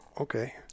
Okay